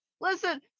listen